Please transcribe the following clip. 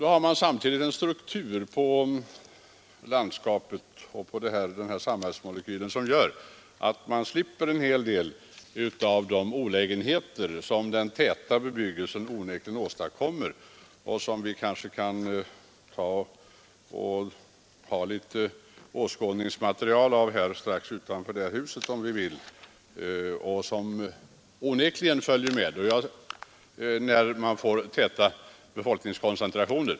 Då har man samtidigt en struktur på landskapet som gör att man slipper en hel del av de sociala olägenheter som den täta bebyggelsen onekligen åstadkommer och på vilket vi har en del åskådningsmaterial strax utanför det här huset. Det är något som följer med täta befolkningskoncentrationer.